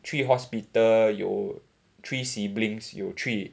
去 hospital 有 three siblings 有去